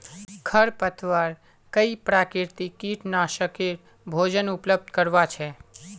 खरपतवार कई प्राकृतिक कीटनाशकेर भोजन उपलब्ध करवा छे